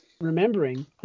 remembering